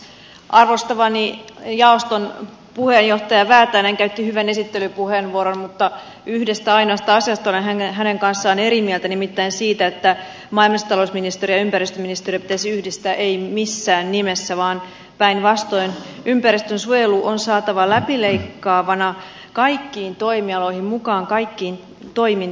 arvostamani jaoston puheenjohtaja väätäinen käytti hyvän esittelypuheenvuoron mutta yhdestä ainoasta asiasta ennen hänen kanssaan eri mieltä nimittäin siitä että mainostavat ministeriä ympäristöministeri esitystä ei missään nimessä vaan päinvastoin ympäristönsuojelu on saatava läpileikkaavana kaikkiin toimialoihin mukaan kaikkiin toimiin